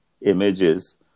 images